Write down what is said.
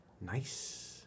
Nice